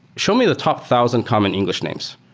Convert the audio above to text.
show me the top thousand common english names.